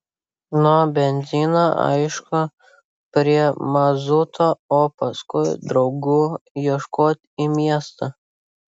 nuo benzino aišku prie mazuto o paskui draugų ieškot į miestą